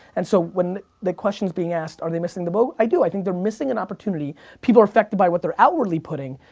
and so when the question's being asked, are they missing the boat, i do, i think they're missing an opportunity people are affected by what they're outwardly putting,